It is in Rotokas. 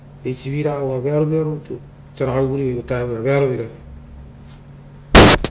Eisi viraga uva vearo vira rutu osia ragai uvurivoi votaevuoia.